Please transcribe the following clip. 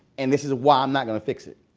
and this is why i'm not going to fix it.